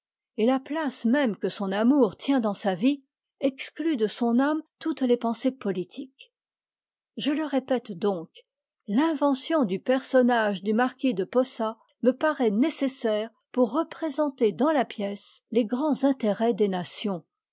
et la place même que son amour tient dans sa vie exclut de son âme toutes les pensées politiques je le répète donc l'invention du personnage du marquis de posa me paraît nécessaire pour représenter dans la pièce tes grands intérêts des